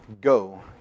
go